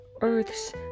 Earth's